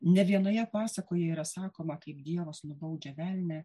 ne vienoje pasakoje yra sakoma kaip dievas nubaudžia velnią